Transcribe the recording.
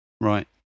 right